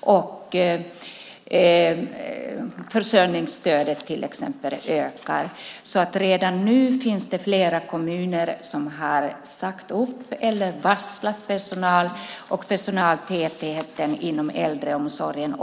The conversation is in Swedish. och till exempel försörjningsstödet ökar. Redan nu finns det flera kommuner som har sagt upp eller varslat personal, och personaltätheten minskar också inom äldreomsorgen.